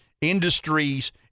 industries